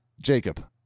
Jacob